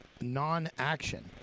non-action